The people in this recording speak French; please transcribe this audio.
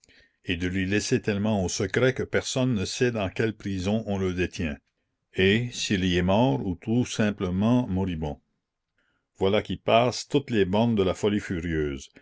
et de l'y laisser tellement au secret que personne ne sait dans quelle prison on le détient et s'il y est mort ou tout simplement moribond voilà qui passe toutes les bornes de la folie furieuse